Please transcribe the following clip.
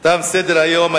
תם סדר-היום.